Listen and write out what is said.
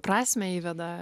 prasmę įveda